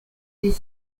des